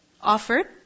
offered